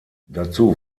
dazu